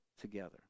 together